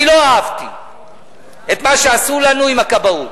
אני לא אהבתי את מה שעשו לנו עם הכבאות.